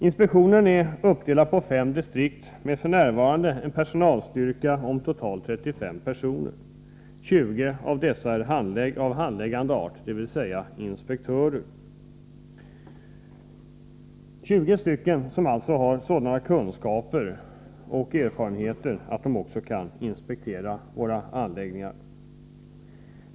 Inspektionen är uppdelad på fem distrikt med f.n. en personalstyrka om totalt 35 personer. 20 av dessa är handläggare, dvs. inspektörer. Det är alltså 20 personer som har sådana kunskaper och erfarenheter att de kan inspektera våra anläggningar.